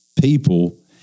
people